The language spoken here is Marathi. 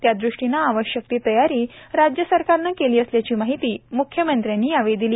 त्यादृष्टीने आवश्यक ती तयारी राज्य सरकारने केली असल्याची माहिती मुख्यमंत्र्यांनी यावेळी दिली